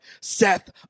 Seth